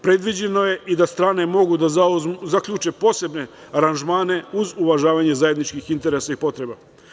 Predviđeno je da strane mogu da zaključe posebne aranžmane uz uvažavanje zajedničkih interesa i potreba.